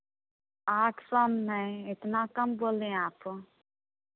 आठ सौ में नहीं इतना कम बोलें आप